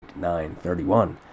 931